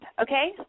okay